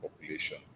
population